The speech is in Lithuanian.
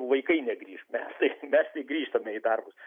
vaikai negrįš mes mes tai grįžtame į darbus